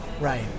right